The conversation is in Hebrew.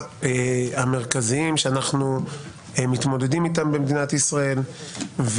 המרכזיים שאנחנו מתמודדים איתם במדינת ישראל.